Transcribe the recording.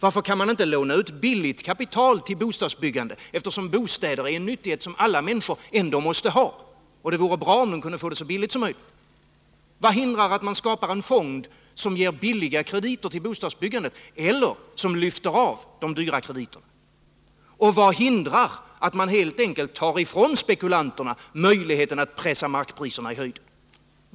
Varför kan man inte låna ut billigt kapital till bostadsbyggande? Bostäder är ju en nyttighet som alla människor ändå måste ha, och det vore bra om de kunde få den så billigt som möjligt. Vad hindrar att man skapar en fond som ger billiga krediter till bostadsbyggandet eller som lyfter av de dyra krediterna? Och vad hindrar att man helt enkelt tar ifrån spekulanterna möjligheten att pressa markpriserna i höjden?